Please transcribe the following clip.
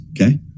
Okay